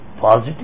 positive